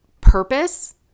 purpose